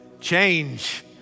change